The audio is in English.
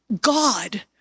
God